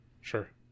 sure